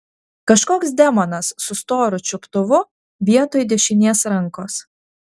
kažkoks demonas su storu čiuptuvu vietoj dešinės rankos